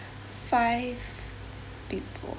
five people